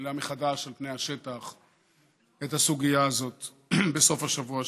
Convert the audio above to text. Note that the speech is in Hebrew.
שהעלה מחדש על פני השטח את הסוגיה הזאת בסוף השבוע שעבר,